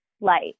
light